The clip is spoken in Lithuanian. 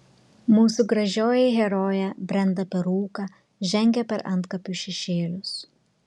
mūsų gražioji herojė brenda per rūką žengia per antkapių šešėlius